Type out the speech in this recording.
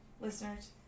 listeners